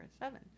seven